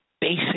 basic